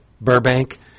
Burbank